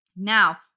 Now